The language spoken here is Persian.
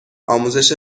آموزش